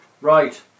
Right